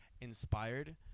inspired